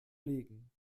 legen